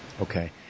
Okay